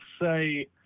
say